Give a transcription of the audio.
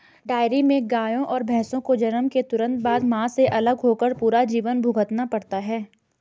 dairy में गायों और भैंसों को जन्म के तुरंत बाद, मां से अलग होकर पूरा जीवन भुगतना पड़ता है